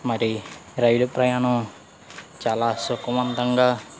మరి రైలు ప్రయాణం చాలా సుఖవంతంగా